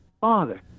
Father